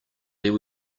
there